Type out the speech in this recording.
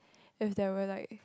if there were like